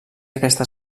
aquesta